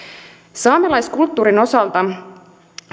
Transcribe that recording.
saamelaiskulttuurin osalta